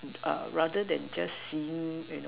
rather than just seeing you know